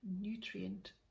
nutrient